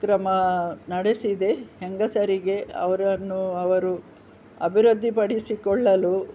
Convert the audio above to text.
ಕ್ರಮ ನಡೆಸಿದೆ ಹೆಂಗಸರಿಗೆ ಅವರನ್ನು ಅವರು ಅಭಿವೃದ್ಧಿಪಡಿಸಿಕೊಳ್ಳಲು